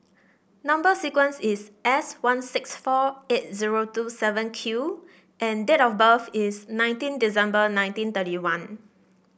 number sequence is S one six four eight zero two seven Q and date of birth is nineteen December nineteen thirty one